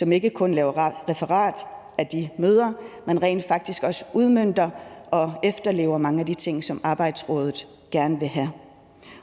der ikke kun laver referat af møderne, men rent faktisk også udmønter og efterlever mange af de ting, som Arbejdsmiljørådet gerne vil have.